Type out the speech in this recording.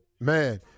Man